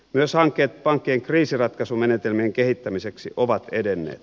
myös hankkeet pankkien kriisinratkaisumenetelmien kehittämiseksi ovat edenneet